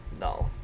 No